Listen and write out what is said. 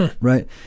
right